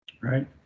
Right